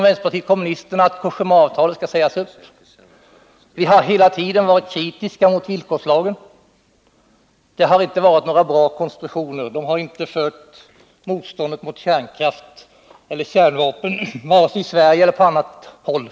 Vänsterpartiet kommunisterna har krävt att Cogémaavtalet skall sägas upp. Vi har hela tiden varit kritiska mot villkorslagen. Detta avtal och denna lag har inte varit några bra konstruktioner. De har inte fört motståndet mot kärnkraft och kärnvapen framåt vare sig i Sverige eller på annat håll.